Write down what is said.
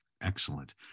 Excellent